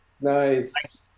nice